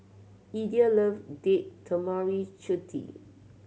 Idell love Date Tamarind Chutney